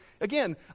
Again